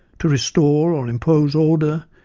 to restore or impose order,